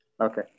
Okay